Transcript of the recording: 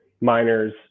miners